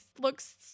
looks